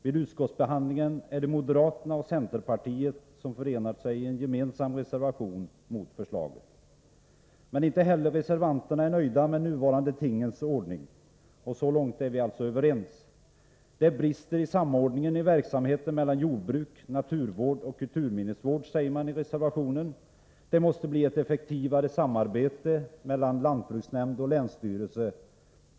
Vid utskottsbehandlingen är det moderaterna och centerpartisterna som förenat sig i en gemensam reservation mot förslaget. Men inte heller reservanterna är nöjda med de nuvarande tingens ordning — så långt är vi alltså överens. Det brister i samordningen av verksamheten mellan jordbruk, naturvård och kulturminnesvård, säger man i reservationen, och det måste bli ett effektivare samarbete mellan lantbruksnämnd och länsstyrelse.